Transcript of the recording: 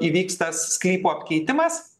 įvyks tas sklypo apkeitimas